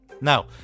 Now